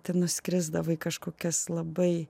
ten nuskrisdavai į kažkokias labai